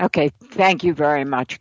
ok thank you very much